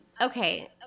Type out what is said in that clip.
Okay